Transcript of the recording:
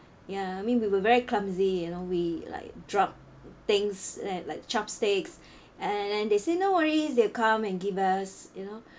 ya I mean we were very clumsy you know we like drop things like like chopsticks and then they say no worry they'll come and give us you know